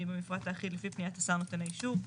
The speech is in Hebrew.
במפרט האחיד לפי פניית השר נותן האישור,